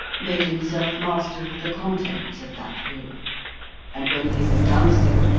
made himself master of the contents of that will and when he had done so,